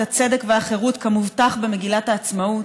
את הצדק והחירות, כמובטח במגילת עצמאות.